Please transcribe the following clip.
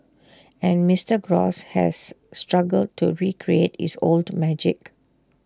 and Mister gross has struggled to recreate his old magic